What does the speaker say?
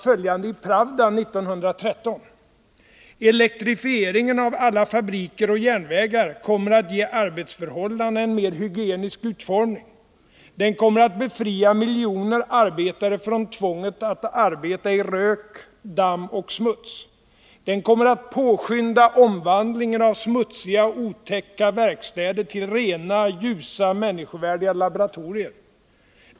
följande i Pravda 1913: ”Elektrifieringen av alla fabriker och järnvägar kommer att ge arbetsförhållandena en mera hygienisk utformning. Den kommer att befria miljoner arbetare från tvånget att arbeta i rök, damm och smuts. Den kommer att påskynda omvandlingen av smutsiga och otäcka verkstäder till rena, ljusa, människovärdiga laboratorier.